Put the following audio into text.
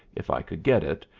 if i could get it,